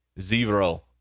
Zero